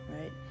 right